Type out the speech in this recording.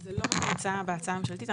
זה לא מוצע בהצעה הממשלתית.